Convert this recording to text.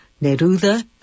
Neruda